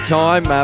time